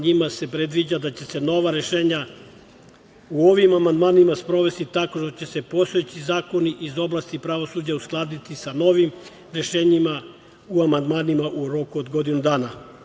Njima se predviđa da će se nova rešenja u ovim amandmanima sprovesti tako što će se postojeći zakoni iz oblasti pravosuđa uskladiti sa novim rešenjima u amandmanima u roku od godinu dana.